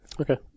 Okay